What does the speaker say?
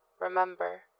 remember